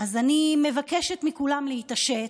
אז אני מבקשת מכולם להתעשת,